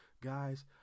guys